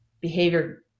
behavior